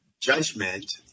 judgment